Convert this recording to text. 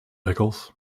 pickles